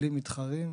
בלי מתחרים,